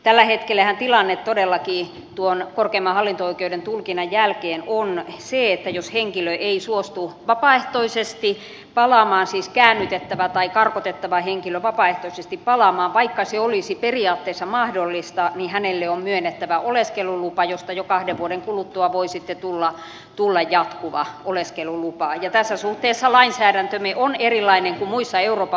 tällä hetkellähän tilanne todellakin tuon korkeimman hallinto oi keuden tulkinnan jälkeen on se että jos henkilö siis käännytettävä tai karkotettava henkilö ei suostu vapaaehtoisesti palaamaan vaikka se olisi periaatteessa mahdollista niin hänelle on myönnettävä oleskelulupa josta jo kahden vuoden kuluttua voi sitten tulla jatkuva oleskelulupa ja tässä suhteessa lainsäädäntömme on erilainen kuin muissa euroopan unionin maissa